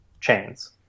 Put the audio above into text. chains